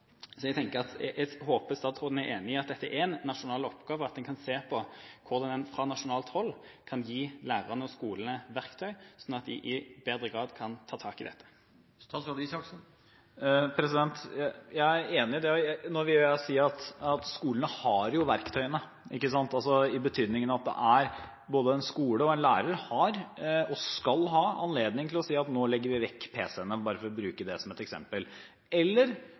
at en kan se på hvordan en fra nasjonalt hold kan gi lærerne og skolene verktøy, sånn at de bedre kan ta tak i dette. Jeg er enig i det, og jeg vil jo si at skolene har verktøyene i betydningen at både en skole og en lærer har, og skal ha, anledning til å si at nå legger vi vekk pc-ene – bare for å bruke det som et eksempel – eller